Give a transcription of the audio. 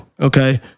okay